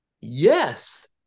yes